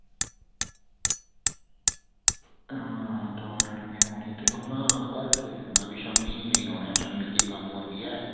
आं तार नमीं पौनी ते कल्ल शामीं औना कल्ल मिगी नेईं औना होना ऐ मिगी कल्ल शामीं कम्म होर ऐ